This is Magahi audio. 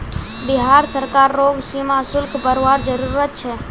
बिहार सरकार रोग सीमा शुल्क बरवार जरूरत छे